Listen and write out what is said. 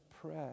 prayer